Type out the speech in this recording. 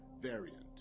variant